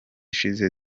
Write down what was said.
ishize